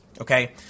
Okay